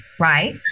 right